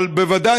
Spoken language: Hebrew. אבל בוודאי,